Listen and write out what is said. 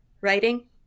writing